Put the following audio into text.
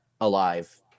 alive